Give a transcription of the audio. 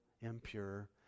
impure